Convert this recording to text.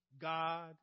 God